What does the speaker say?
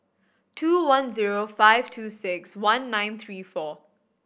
two one zero five two six one nine three four